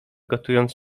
gotując